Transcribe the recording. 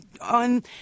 on